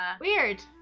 Weird